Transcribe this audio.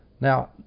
Now